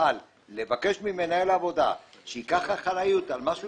לבקש ממנהל עבודה שייקח אחריות על משהו